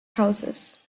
houses